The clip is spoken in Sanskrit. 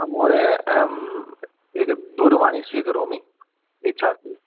आं महोदय अहं एकां दूरवाणीं स्वीकरोमि इच्छा अस्ति